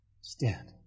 Stand